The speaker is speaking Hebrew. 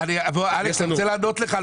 אני אתקן אותך.